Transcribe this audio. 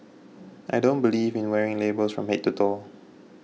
I don't believe in wearing labels from head to toe